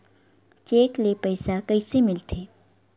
Cheque ले पईसा कइसे मिलथे?